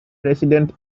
resident